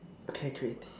okay okay okay